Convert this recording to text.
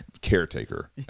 caretaker